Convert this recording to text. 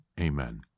Amen